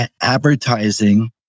Advertising